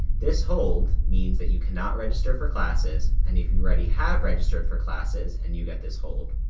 this hold means that you cannot register for classes, and if you already have registered for classes, and you get this hold,